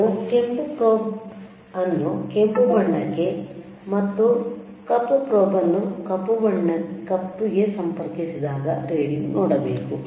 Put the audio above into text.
ನಾವು ಕೆಂಪು ಪ್ರೊಬ್ ನ್ನು ಕೆಂಪು ಬಣ್ಣಕ್ಕೆ ಮತ್ತು ಕಪ್ಪು ಪ್ರೊಬ್ ನ್ನು ಕಪ್ಪುಗೆ ಸಂಪರ್ಕಿಸಿದಾಗ ರಿಡಿಂಗ್ ನೋಡಬೇಕು